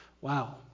Wow